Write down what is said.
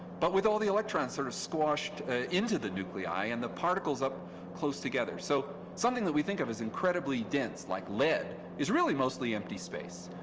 but with all the electrons sort of squashed into the nuclei and the particles up close together. so something that we think of as incredibly dense, like lead, is really mostly empty space.